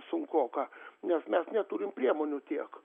sunkoka nes mes neturim priemonių tiek